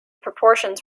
proportions